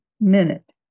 minute